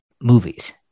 movies